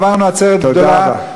עברנו עצרת גדולה,